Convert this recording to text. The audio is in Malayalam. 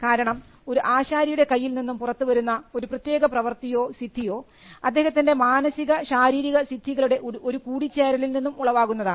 കാരണം ഒരു ആശാരിയുടെ കയ്യിൽ നിന്നും പുറത്തു വരുന്ന ഒരു പ്രത്യേക പ്രവർത്തിയോ സിദ്ധിയോ അദ്ദേഹത്തിൻറെ ശാരീരിക മാനസിക സിദ്ധികളുടെ ഒരു കൂടിച്ചേരലിൽ നിന്നും ഉളവാകുന്നതാണ്